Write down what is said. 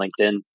LinkedIn